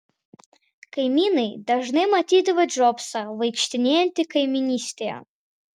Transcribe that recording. kaimynai dažnai matydavo džobsą vaikštinėjantį kaimynystėje